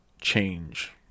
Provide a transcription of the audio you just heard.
change